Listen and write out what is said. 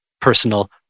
personal